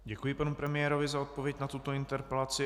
Děkuji panu premiérovi za odpověď na tuto interpelaci.